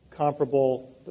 Comparable